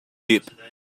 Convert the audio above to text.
tape